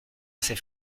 assez